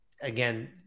again